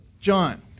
John